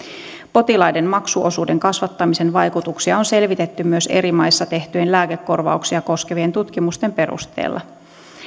potilaiden maksuosuuden kasvattamisen vaikutuksia on selvitetty myös eri maissa tehtyjen lääkekorvauksia koskevien tutkimusten perusteella